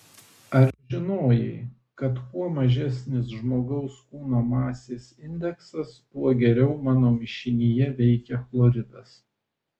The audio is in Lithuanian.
ar žinojai kad kuo mažesnis žmogaus kūno masės indeksas tuo geriau mano mišinyje veikia chloridas